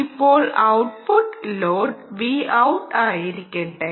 ഇപ്പോൾ output load Vout ആയിരിക്കട്ടെ